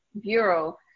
Bureau